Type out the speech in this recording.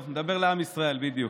טוב, נדבר לעם ישראל, בדיוק.